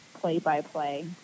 play-by-play